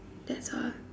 that's all